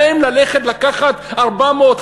להם לקחת 400,